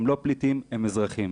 הם לא פליטים הם אזרחים".